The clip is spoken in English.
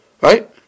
right